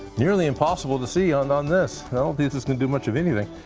nearly impossible to see on on this. well, this is gonna do much of anything.